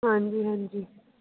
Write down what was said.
ਹਾਂਜੀ ਹਾਂਜੀ